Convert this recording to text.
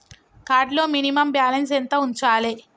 Card లో minimum balance ఎంత ఉంచాలే?